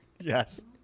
Yes